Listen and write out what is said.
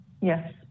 Yes